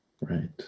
right